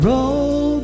Roll